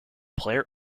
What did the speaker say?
player